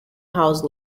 house